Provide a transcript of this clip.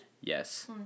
Yes